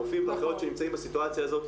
רופאים ואחיות שנמצאים בסיטואציה הזאת,